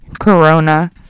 corona